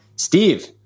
Steve